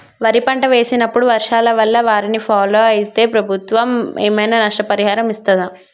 వరి పంట వేసినప్పుడు వర్షాల వల్ల వారిని ఫాలో అయితే ప్రభుత్వం ఏమైనా నష్టపరిహారం ఇస్తదా?